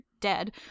dead